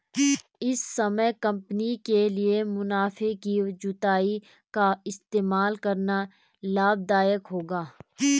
इस समय कंपनी के लिए मुनाफे की जुताई का इस्तेमाल करना लाभ दायक होगा